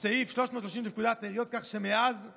סעיף 330 לפקודת העיריות, כך שמאז הוא